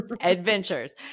adventures